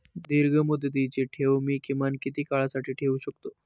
दीर्घमुदतीचे ठेव मी किमान किती काळासाठी ठेवू शकतो?